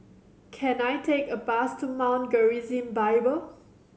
can I take a bus to Mount Gerizim Bible